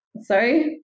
Sorry